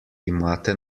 imate